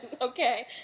Okay